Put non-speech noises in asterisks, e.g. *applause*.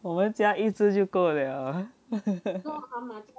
我们家一只就够了 *laughs*